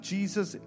Jesus